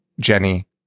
Jenny